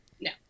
No